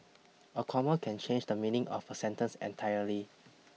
a comma can change the meaning of a sentence entirely